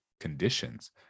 conditions